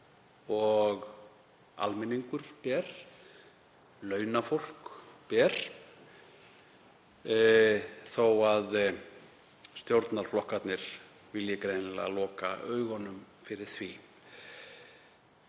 og almenningur ber, launafólk ber, þó að stjórnarflokkarnir vilji greinilega loka augunum fyrir því.